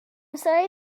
sorry